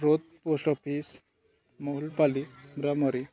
ରୋଧ post office Mahulpali ବ୍ରାମରୀ